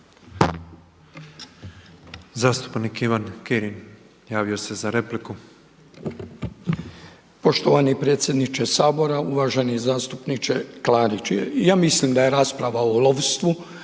Zastupnik Ivan Kirin javio se za repliku. **Kirin, Ivan (HDZ)** Poštovani predsjedniče Sabora, uvaženi zastupniče Klarić. Ja mislim da je rasprava o lovstvu